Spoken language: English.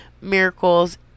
miracles